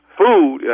food